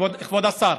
כבוד השר,